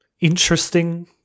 interesting